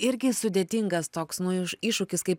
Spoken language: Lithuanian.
irgi sudėtingas toks nu iš iššūkis kaip